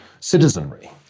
citizenry